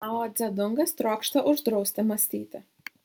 mao dzedungas trokšta uždrausti mąstyti